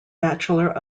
bachelor